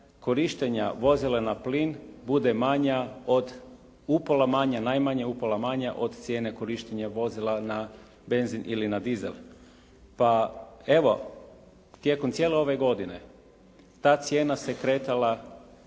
korištenja vozila na plin bude manja od, upola manja, najmanje upola manja od cijene korištenja vozila na benzin ili na dizel. Pa evo tijekom cijele ove godine ta cijena se kretala